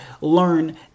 learn